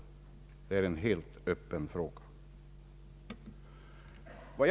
Det är en helt öppen fråga.